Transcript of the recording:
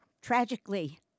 Tragically